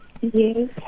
Yes